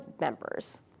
members